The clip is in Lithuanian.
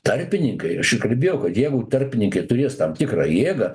tarpininkai ir aš ir kalbėjau kad jeigu tarpininkai turės tam tikrą jėgą